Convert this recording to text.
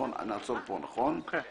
יש עוד תיקון